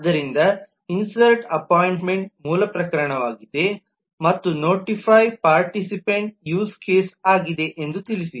ಆದ್ದರಿಂದ insert appointment insert appointment ಮೂಲ ಪ್ರಕರಣವಾಗಿದೆ ಮತ್ತು ನೋಟಿಫ್ಯ್ ಪಾರ್ಟಿಸಿಪೇನ್ಟ್ ಯೂಸ್ ಕೇಸ್ ಆಗಿದೆ ಎಂದು ತಿಳಿಸಿ